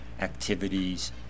activities